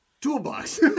Toolbox